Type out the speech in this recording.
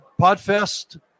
PodFest